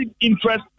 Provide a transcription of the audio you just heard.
interest